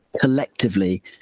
collectively